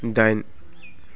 दाइन